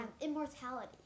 immortality